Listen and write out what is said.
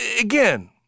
again